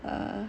err